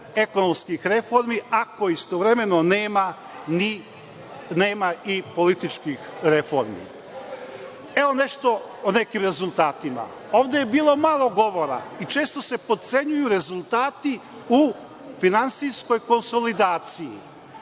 ekonomskih reformi ako istovremeno nema i političkih reformi. Evo nešto o nekim rezultatima. Ovde je bilo malo govora i često se potcenjuju rezultati u finansijskoj konsolidaciji.